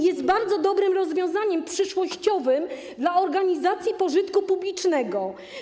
Jest bardzo dobrym rozwiązaniem przyszłościowym dla organizacji pożytku publicznego.